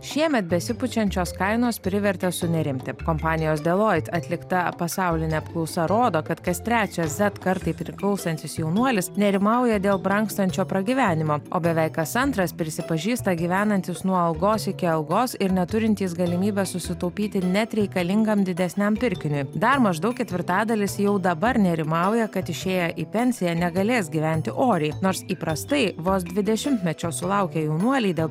šiemet besipučiančios kainos privertė sunerimti kompanijos deloit atlikta pasaulinė apklausa rodo kad kas trečias et kartai priklausantis jaunuolis nerimauja dėl brangstančio pragyvenimo o beveik kas antras prisipažįsta gyvenantys nuo algos iki algos ir neturintys galimybės susitaupyti net reikalingam didesniam pirkiniui dar maždaug ketvirtadalis jau dabar nerimauja kad išėję į pensiją negalės gyventi oriai nors įprastai vos dvidešimtmečio sulaukę jaunuoliai dėl